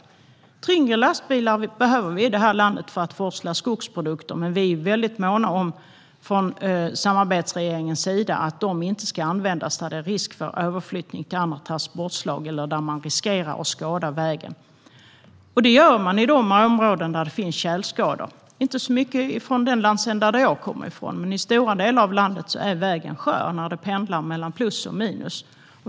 Vi behöver tyngre lastbilar i det här landet för att forsla skogsprodukter, men vi är från samarbetsregeringens sida måna om att de inte ska användas när överflyttning till andra transportslag är möjlig eller där man riskerar att skada vägen. Det gör man i de områden där det finns tjälskador. Det gäller inte så mycket i den landsända som jag kommer från, men i stora delar av landet är vägen skör när temperaturen pendlar mellan plus och minus.